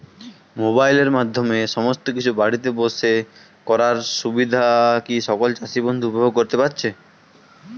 মোবাইলের মাধ্যমে সমস্ত কিছু বাড়িতে বসে করার সুবিধা কি সকল চাষী বন্ধু উপভোগ করতে পারছে?